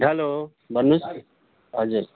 hello भन्नुहोस् हजुर